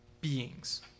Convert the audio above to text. beings